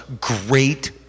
great